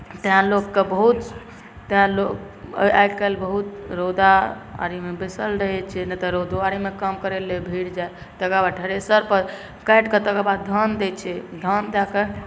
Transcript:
तैँ लोककेँ बहुत आइ काल्हि बहुत रौदा आरीमे बैसल रहैत छै नहि तऽ रौदो आरीमे काम करै ले भीड़ जाय तकर बाद थ्रेसरपर काटि कऽ तकर बाद धान दैत छै धान दए के